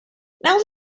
now